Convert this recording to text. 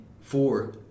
Four